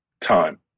time